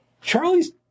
Charlie's